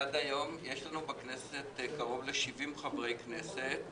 עד היום יש בכנסת קרוב ל-70 חברי כנסת,